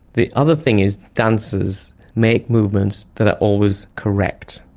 the other thing is, dancers make movements that are always correct.